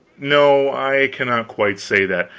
no, i cannot quite say that.